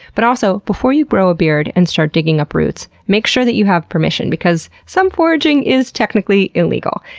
but also, before you grow a beard and start digging up roots, make sure that you have permission, because some foraging is technically illegal,